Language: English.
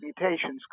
mutations